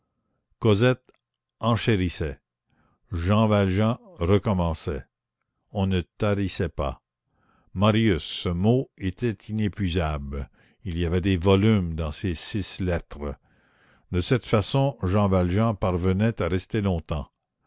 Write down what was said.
cosette enchérissait jean valjean recommençait on ne tarissait pas marius ce mot était inépuisable il y avait des volumes dans ces six lettres de cette façon jean valjean parvenait à rester longtemps